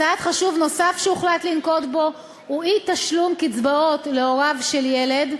צעד חשוב נוסף שהוחלט לנקוט הוא אי-תשלום קצבאות להוריו של ילד,